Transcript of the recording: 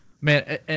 man